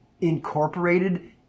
incorporated